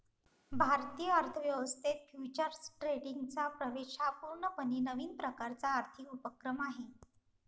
भारतीय अर्थ व्यवस्थेत फ्युचर्स ट्रेडिंगचा प्रवेश हा पूर्णपणे नवीन प्रकारचा आर्थिक उपक्रम आहे